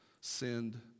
sinned